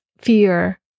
fear